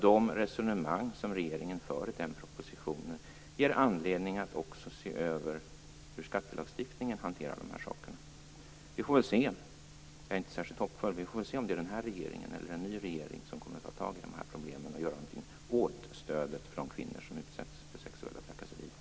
De resonemang som regeringen för i den propositionen ger anledning att också se över hur skattelagstiftningen hanterar de här sakerna. Jag är inte särskilt hoppfull. Vi får väl se om det är den här regeringen eller en ny regering som kommer att ta tag i de här problemen och göra någonting åt stödet för de kvinnor som utsätts för sexuella trakasserier.